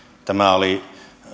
tämä oli